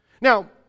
Now